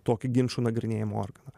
tokį ginčų nagrinėjimo organą